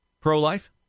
pro-life